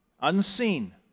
unseen